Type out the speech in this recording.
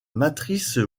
matrice